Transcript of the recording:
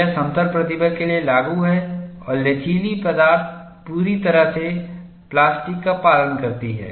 यह समतल प्रतिबल के लिए लागू है और लचीली पदार्थ पूरी तरह से प्लास्टिकका पालन करती है